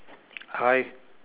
hi